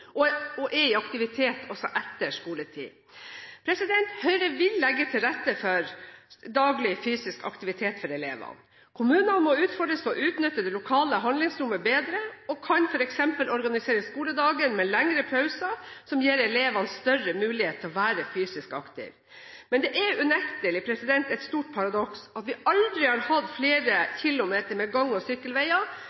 skolen og er i aktivitet også etter skoletid. Høyre vil legge til rette for daglig fysisk aktivitet for elevene. Kommunene må utfordres til å utnytte det lokale handlingsrommet bedre, og kan f.eks. organisere skoledagen med lengre pauser som gir elevene større mulighet til å være fysisk aktive. Det er unektelig et stort paradoks at vi aldri har hatt flere